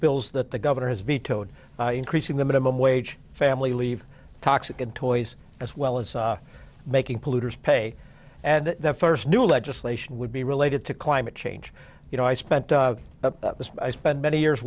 bills that the governor has vetoed increasing the minimum wage family leave toxic and toys as well as making polluters pay and the first new legislation would be related to climate change you know i spent but i spent many years